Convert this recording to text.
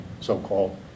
so-called